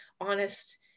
honest